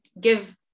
give